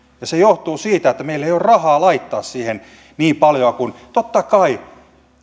ja se johtuu siitä että meillä ei ole rahaa laittaa siihen niin paljoa kuin totta kai